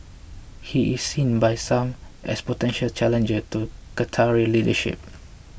he is seen by some as a potential challenger to the Qatari leadership